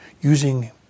using